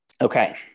Okay